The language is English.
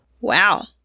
wow